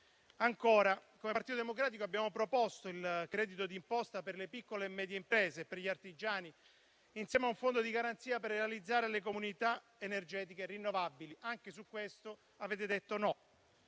Ancora, come Partito Democratico abbiamo proposto il credito d'imposta per le piccole e medie imprese e per gli artigiani, insieme a un fondo di garanzia per realizzare le comunità energetiche rinnovabili, ma anche su questo avete detto no.